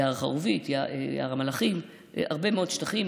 יער חרובית, יער המלאכים, הרבה מאוד שטחים.